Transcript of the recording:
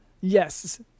Yes